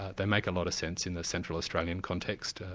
they make a lot of sense in the central australian context.